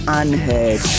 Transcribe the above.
unheard